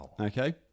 Okay